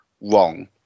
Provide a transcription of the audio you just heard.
wrong